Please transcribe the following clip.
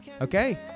Okay